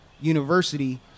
university